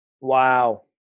Wow